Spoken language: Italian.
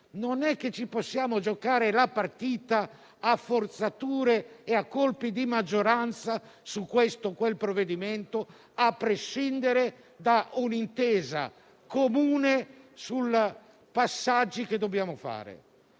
non ci possiamo giocare la partita con forzature e a colpi di maggioranza su questo o quel provvedimento, a prescindere da un'intesa comune sui passaggi che dobbiamo